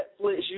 Netflix